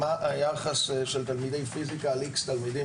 מה היחס של תלמידי פיזיקה על X תלמידים